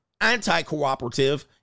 anti-cooperative